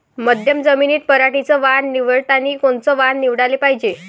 मध्यम जमीनीत पराटीचं वान निवडतानी कोनचं वान निवडाले पायजे?